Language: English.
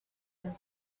and